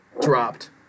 dropped